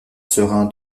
seurin